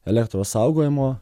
elektros saugojimo